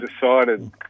decided